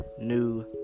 new